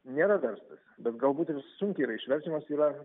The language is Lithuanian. nėra verstas bet galbūt ir sunkiai yra išverčiamas yra